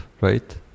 right